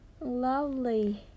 Lovely